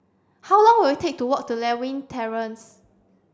how long will it take to walk to Lewin Terrace